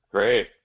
Great